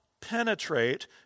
penetrate